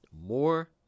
More